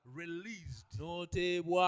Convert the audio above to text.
released